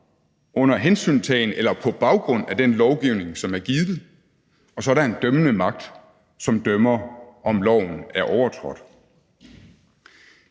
under hensyntagen til eller på baggrund af den lovgivning, som er givet. Og så er der en dømmende magt, som dømmer, om loven er overtrådt.